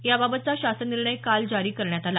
याबाबतचा शासन निर्णय काल जारी करण्यात आला